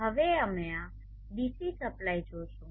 હવે અમે આ ડીસી સપ્લાય જોઈશું